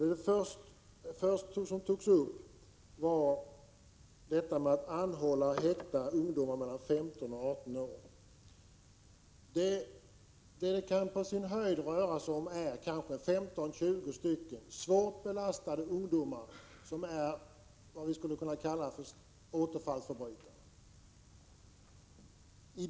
Det som först togs upp var frågan om anhållande och häktning av ungdomar mellan 15 och 18 år, och det rör sig på sin höjd om 15-20 svårt belastade ungdomar, som är s.k. återfallsförbrytare.